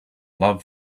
love